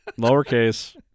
Lowercase